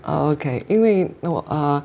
okay 因为 no ah